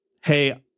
hey